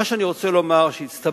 מה שאני רוצה לומר, שהצטבר,